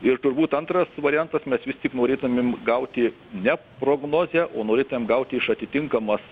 ir turbūt antras variantas mes vis tiek norėtumėm gauti ne prognozę o norėtumėm gauti iš atitinkamas